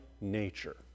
nature